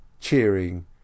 cheering